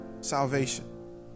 salvation